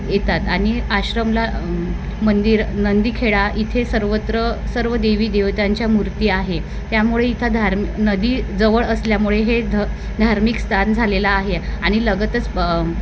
येतात आणि आश्रमला मंदिर नंदी खेडा इथे सर्वत्र सर्व देवी देवतांच्या मूर्ती आहे त्यामुळे इथं धार्म नदी जवळ असल्यामुळे हे ध धार्मिक स्थान झालेलं आहे आणि लगतच प